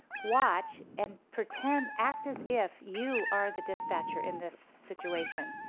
watch, and pretend act as if you are the dispatcher in this situation.